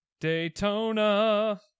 daytona